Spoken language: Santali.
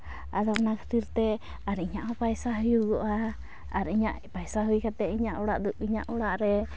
ᱟᱫᱚ ᱚᱱᱟ ᱠᱷᱟᱹᱛᱤᱨ ᱛᱮ ᱟᱨ ᱤᱧᱟᱹᱜ ᱦᱚᱸ ᱯᱟᱭᱥᱟ ᱦᱩᱭᱩᱜᱚᱜᱼᱟ ᱟᱨ ᱤᱧᱟᱹᱜ ᱯᱟᱭᱥᱟ ᱦᱩᱭ ᱠᱟᱛᱮ ᱤᱧᱟᱹᱜ ᱚᱲᱟᱜ ᱫᱚ ᱤᱧᱟᱹᱜ ᱚᱲᱟᱜ ᱨᱮ